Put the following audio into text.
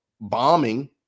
bombing